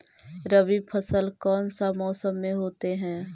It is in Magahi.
रवि फसल कौन सा मौसम में होते हैं?